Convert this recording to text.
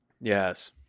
yes